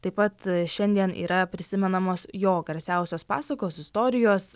taip pat šiandien yra prisimenamos jo garsiausios pasakos istorijos